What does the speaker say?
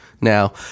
now